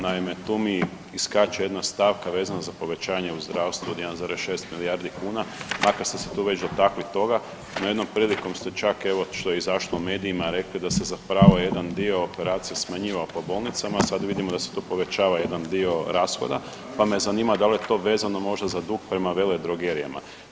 Naime, tu mi iskače jedna stavka vezana za povećanje u zdravstvu od 1,6 milijardi kuna, a kada … tu već dotakli toga jednom prilikom ste čak evo što je izašlo u medijima rekli da se zapravo jedan dio operacija smanjivao po bolnicama, a sada vidimo da se tu povećava jedan dio rashoda, pa me zanima da li je to vezano možda za dug prema veledrogerijama?